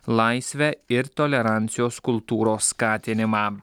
laisvę ir tolerancijos kultūros skatinimą